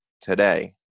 today